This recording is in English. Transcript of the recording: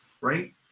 right